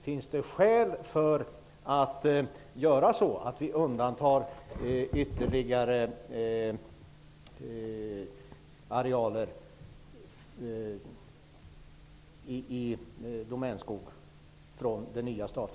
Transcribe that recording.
Finns det skäl att undanta ytterligare arealer i